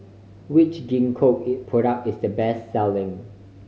which Gingko is product is the best selling